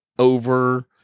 over